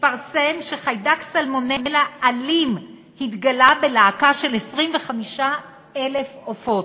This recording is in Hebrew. התפרסם שחיידק סלמונלה אלים התגלה בלהקה של 25,000 עופות,